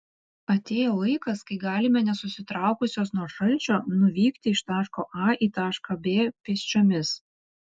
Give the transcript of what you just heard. atėjo laikas kai galime nesusitraukusios nuo šalčio nuvykti iš taško a į tašką b pėsčiomis